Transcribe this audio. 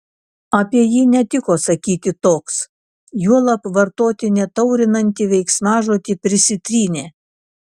apie jį netiko sakyti toks juolab vartoti netaurinantį veiksmažodį prisitrynė